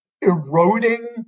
eroding